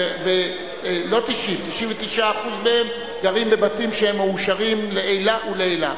ולא 90% 99% מהם גרים בבתים שהם מאושרים לעילא ולעילא.